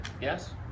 Yes